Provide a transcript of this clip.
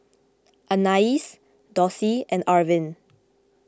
Anais Dossie and Arvin